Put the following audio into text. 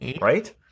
right